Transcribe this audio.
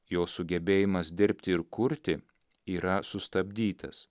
jo sugebėjimas dirbti ir kurti yra sustabdytas